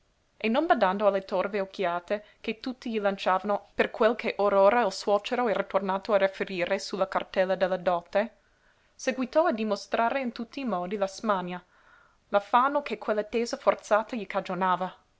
e non badando alle torve occhiate che tutti gli lanciavano per quel che or ora il suocero era tornato a riferire su la cartella della dote seguitò a dimostrare in tutti i modi la smania l'affanno che quell'attesa forzata gli cagionava